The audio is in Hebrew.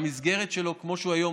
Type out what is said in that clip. במסגרת שלו כמו שהוא היום,